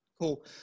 Cool